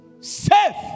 safe